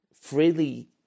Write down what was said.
freely